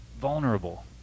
vulnerable